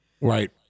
Right